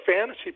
fantasy